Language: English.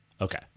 Okay